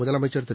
முதலமைச்சர் திரு